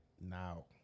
now